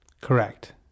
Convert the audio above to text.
Correct